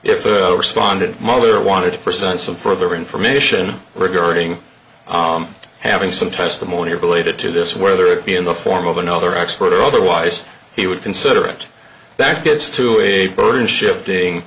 a responded mostly or wanted to present some further information regarding oh i'm having some testimony related to this whether it be in the form of another expert or otherwise he would consider it that gets to a burden shifting